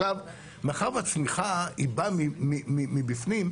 מאחר והצמיחה באה מבפנים,